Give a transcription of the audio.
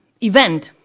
event